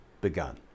begun